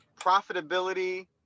profitability